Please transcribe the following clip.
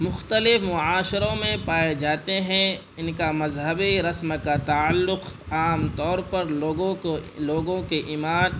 مختلف معاشروں میں پائے جاتے ہیں ان کا مذہبی رسم کا تعلق عام طور پر لوگوں کو لوگوں کے ایمان